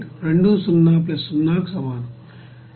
20 0 కు సమానం